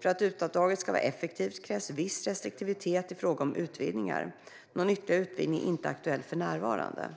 För att RUT-avdraget ska vara effektivt krävs viss restriktivitet i fråga om utvidgningar. Någon ytterligare utvidgning är inte aktuell för närvarande.